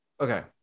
okay